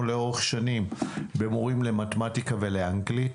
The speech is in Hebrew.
לאורך שנים במורים למתמטיקה ולאנגלית,